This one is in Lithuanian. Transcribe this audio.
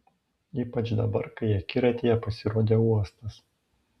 ypač dabar kai akiratyje pasirodė uostas